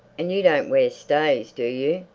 and you don't wear stays, do you?